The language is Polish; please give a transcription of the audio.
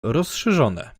rozszerzone